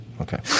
Okay